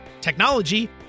technology